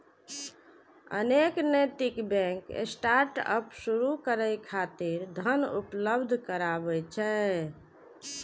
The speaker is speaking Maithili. अनेक नैतिक बैंक स्टार्टअप शुरू करै खातिर धन उपलब्ध कराबै छै